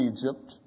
Egypt